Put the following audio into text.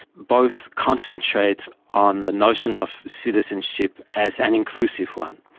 both concentrate on the notion of citizenship as an inclusive one.